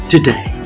Today